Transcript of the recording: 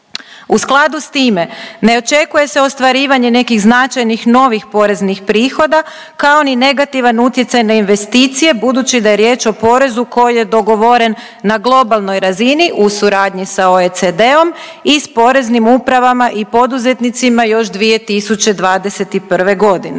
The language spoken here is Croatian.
U skladu s time, ne očekuje se ostvarivanje nekih značajnih novih poreznih prihoda, kao ni negativan utjecaj na investicije, budući da je riječ o porezu koji je dogovoren na globalnoj razini u suradnji sa OECD-om i s poreznim upravama i poduzetnicima još 2021. g.